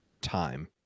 time